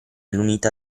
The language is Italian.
l’unità